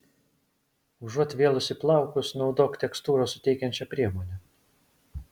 užuot vėlusi plaukus naudok tekstūros suteikiančią priemonę